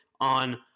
on